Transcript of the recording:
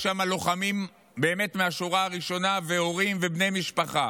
יש שם לוחמים באמת מהשורה הראשונה והורים ובני משפחה,